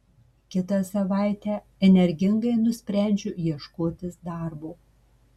kitą savaitę energingai nusprendžiu ieškotis darbo